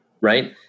right